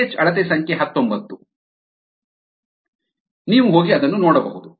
pH ಅಳತೆ ಸಂಖ್ಯೆ ಹತ್ತೊಂಬತ್ತು ನೀವು ಹೋಗಿ ಅದನ್ನು ನೋಡಬಹುದು